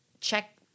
check